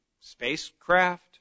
spacecraft